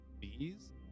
Bees